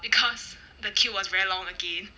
because the queue was very long again